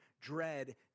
dread